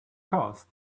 cost